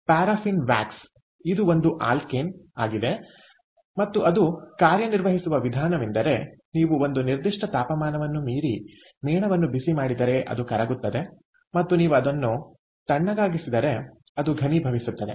paraffin wax ಇದು ಒಂದು alkane ಆಗಿದೆ ಮತ್ತು ಅದು ಕಾರ್ಯನಿರ್ವಹಿಸುವ ವಿಧಾನವೆಂದರೆ ನೀವು ಒಂದು ನಿರ್ದಿಷ್ಟ ತಾಪಮಾನವನ್ನು ಮೀರಿ ಮೇಣವನ್ನು ಬಿಸಿ ಮಾಡಿದರೆ ಅದು ಕರಗುತ್ತದೆ ಮತ್ತು ನೀವು ಅದನ್ನು ತಣ್ಣಗಾಗಿಸಿದರೆ ಅದು ಘನೀಭವಿಸುತ್ತದೆ